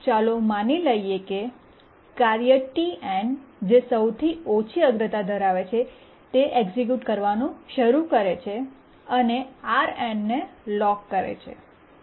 ચાલો માની લઈએ કે શરૂઆતમાં કાર્ય Tn જે સૌથી ઓછી અગ્રતા ધરાવે છે તે એક્સિક્યૂટ કરવાનું શરૂ કરે છે અને તે Rn ને લોક કરે છે